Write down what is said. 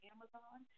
Amazon